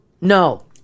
No